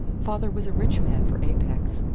father was a rich man for apex,